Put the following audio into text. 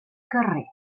carrer